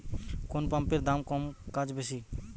কোন পাম্পের দাম কম কাজ বেশি?